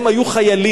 הם היו חיילים.